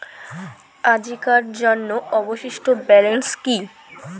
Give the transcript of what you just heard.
আজিকার জন্য অবশিষ্ট ব্যালেন্স কি?